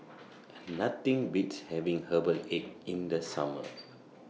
Nothing Beats having Herbal Egg in The Summer